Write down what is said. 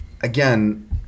again